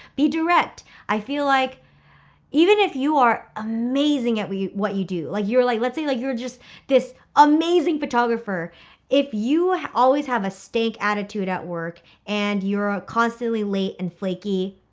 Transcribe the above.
be direct. i feel like even if you are amazing at what you do, like you're like, let's say like you're just this amazing photographer if you always have a stank attitude at work, and you're ah constantly late and flaky,